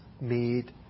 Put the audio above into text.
made